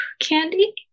candy